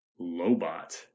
Lobot